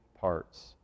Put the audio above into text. parts